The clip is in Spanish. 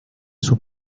sus